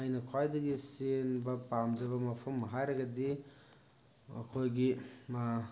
ꯑꯩꯅ ꯈ꯭ꯋꯥꯏꯗꯒꯤ ꯆꯦꯟꯕ ꯄꯥꯝꯖꯕ ꯃꯐꯝ ꯍꯥꯏꯔꯒꯗꯤ ꯑꯩꯈꯣꯏꯒꯤ